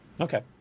Okay